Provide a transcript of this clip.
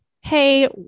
hey